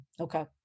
okay